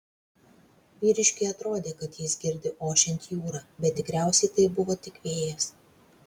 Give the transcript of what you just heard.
vyriškiui atrodė kad jis girdi ošiant jūrą bet tikriausiai tai buvo tik vėjas